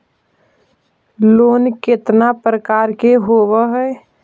Loan केतना प्रकार के होव हइ?